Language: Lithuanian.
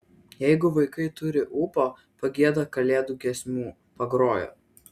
jeigu vaikai turi ūpo pagieda kalėdų giesmių pagroja